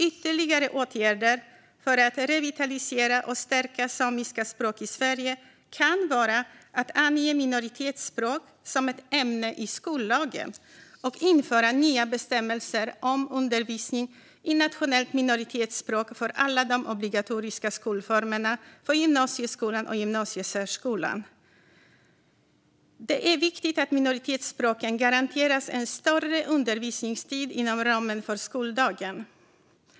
Ytterligare åtgärder för att revitalisera och stärka samiska språk i Sverige kan vara att ange minoritetsspråk som ett ämne i skollagen och införa nya bestämmelser om undervisning i nationellt minoritetsspråk för alla de obligatoriska skolformerna samt för gymnasieskolan och gymnasiesärskolan. Det är viktigt att minoritetsspråken garanteras mer undervisningstid inom ramen för skoldagen.